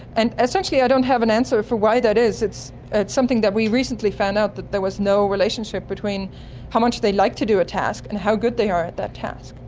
and essentially i don't have an answer for why that is. it's something that we recently found out, that there was no relationship between how much they like to do a task and how good they are at that task.